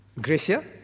Gracia